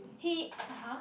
he !huh!